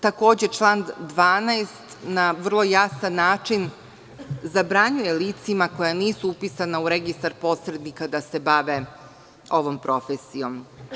Takođe, član 12, na vrlo jasan način zabranjuje licima koja nisu upisana u registar posrednika da se bave ovom profesijom.